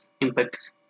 impacts